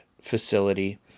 facility